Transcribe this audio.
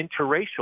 interracial